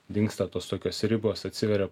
dingsta tos tokios ribos atsiveria